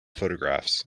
photographs